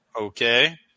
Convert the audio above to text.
Okay